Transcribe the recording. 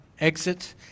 exit